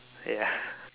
ya